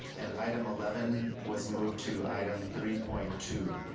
and item eleven was moved to item three point two.